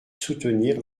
soutenir